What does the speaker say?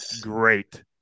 great